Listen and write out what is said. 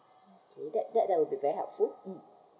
okay that that that would be very helpful